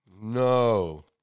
No